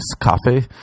coffee